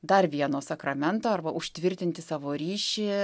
dar vieno sakramento arba užtvirtinti savo ryšį